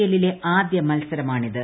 എല്ലിലെ ആദ്യ മത്സരമാണിത്